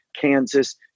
Kansas